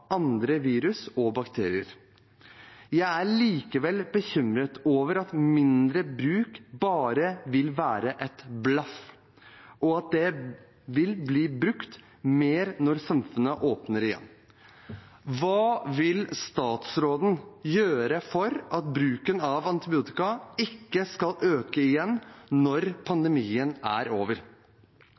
andre virus og bakterier. Jeg er likevel bekymret over at mindre bruk bare vil være et blaff, og at det vil bli brukt mer når samfunnet åpner igjen. Hva vil statsråden gjøre for at bruken av antibiotika ikke skal øke igjen når pandemien er over?